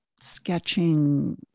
sketching